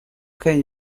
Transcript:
can